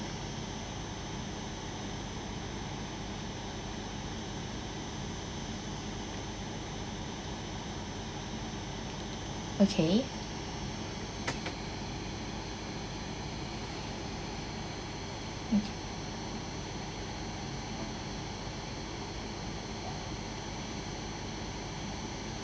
okay okay